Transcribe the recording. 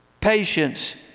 Patience